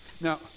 Now